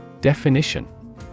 Definition